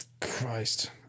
Christ